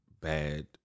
bad